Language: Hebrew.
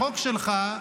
החוק שלך,